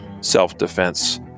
self-defense